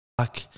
fuck